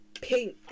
pink